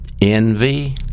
envy